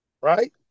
right